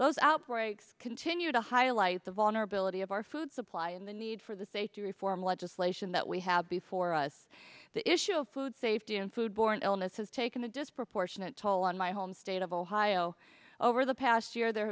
those outbreaks continue to highlight the vulnerability of our food supply and the need for the safety reform legislation that we have before us the issue of food safety and food borne illness has taken a disproportionate toll on my home state of ohio over the past year there